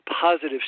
positive